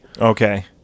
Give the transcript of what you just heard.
Okay